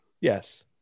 Yes